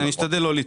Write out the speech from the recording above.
אני אשתדל לא לטעות.